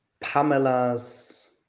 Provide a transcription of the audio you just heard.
Pamela's